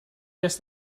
guess